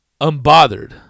Unbothered